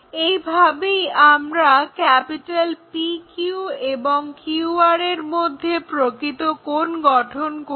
এভাবেই আমরা PQ এবং QR এর মধ্যে প্রকৃত কোণ গঠন করি